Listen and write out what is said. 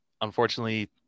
unfortunately